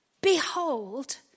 behold